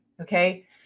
okay